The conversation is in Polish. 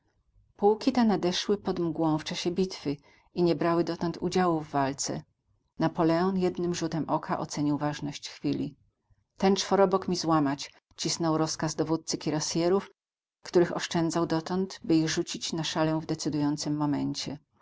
pułki te nadeszły pod mgłą w czasie bitwy i nie brały dotąd udziału w walce napoleon jednym rzutem oka ocenił ważność chwili ten czworobok mi złamać cisnął rozkaz dowódcy kirasjerów których oszczędzał dotąd by ich rzucić na szalę w decydującym momencie